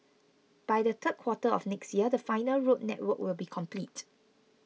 by the third quarter of next year the final road network will be complete